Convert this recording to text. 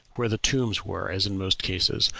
where the tombs were, as in most cases,